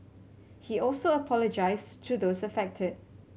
he also apologised to those affected